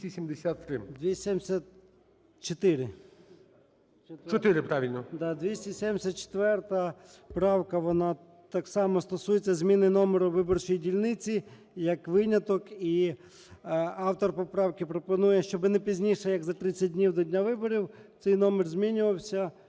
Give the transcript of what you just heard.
О.М. 274 правка, вона так сам стосується зміни номеру виборчої дільниці, як виняток. І автор поправки пропонує, щоби не пізніше як за 30 днів до дня виборів цей номер змінювався.